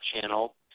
channel